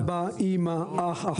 אבא, אימא, אח, אחות.